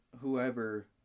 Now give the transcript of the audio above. whoever